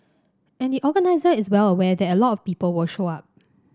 and the organiser is well aware that a lot of people will show up